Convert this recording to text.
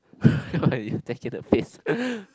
I cannot face